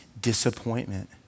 disappointment